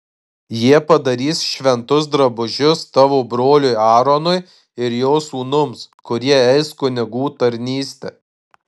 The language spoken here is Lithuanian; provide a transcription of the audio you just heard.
jie padarys šventus drabužius tavo broliui aaronui ir jo sūnums kurie eis kunigų tarnystę